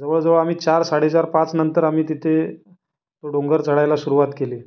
जवळजवळ आम्ही चार साडेचार पाचनंतर आम्ही तिथे तो डोंगर चढायला सुरुवात केली